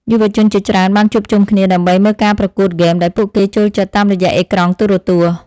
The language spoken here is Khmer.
យុវជនជាច្រើនបានជួបជុំគ្នាដើម្បីមើលការប្រកួតហ្គេមដែលពួកគេចូលចិត្តតាមរយៈអេក្រង់ទូរទស្សន៍។